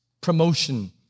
promotion